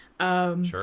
Sure